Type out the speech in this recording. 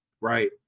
right